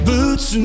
Boots